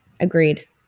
Agreed